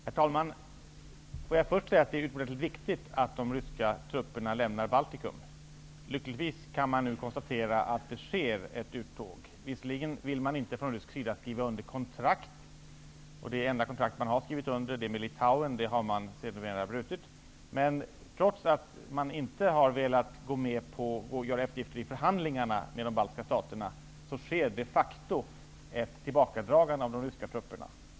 Herr talman! Jag vill först säga att det är utomordentligt viktigt att de ryska trupperna lämnar Baltikum. Lyckligtvis kan man nu konstatera att det sker ett uttåg. Visserligen vill man från rysk sida inte skriva under kontrakt om detta, och det enda kontrakt som man har skrivit under -- det med Litauen -- har man numera brutit, och man vill inte göra eftergifter i förhandlingarna med de baltiska staterna, men det sker ändå de facto ett tillbakadragande av de ryska trupperna.